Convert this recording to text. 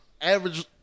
Average